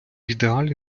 ідеалі